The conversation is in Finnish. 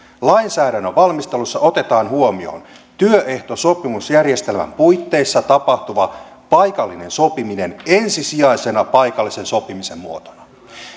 lainsäädännön valmistelussa otetaan huomioon työehtosopimusjärjestelmän puitteissa tapahtuva paikallinen sopiminen ensisijaisena paikallisen sopimisen muotona